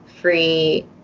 free